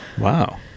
wow